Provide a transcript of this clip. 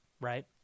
right